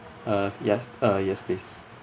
uh yes uh yes please